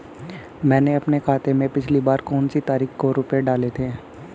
मैंने अपने खाते में पिछली बार कौनसी तारीख को रुपये डाले थे?